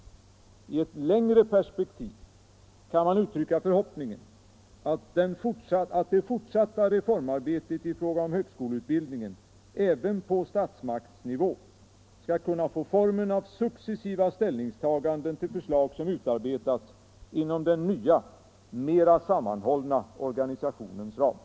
I ett längre perspektiv kan man uttrycka förhoppningen att det fortsatta reformarbetet i fråga om högskoleutbildningen även på statsmaktsnivå skall kunna få formen av successiva ställningstaganden till förslag som utarbetats inom den nya mer sammanhållna organisationens ram.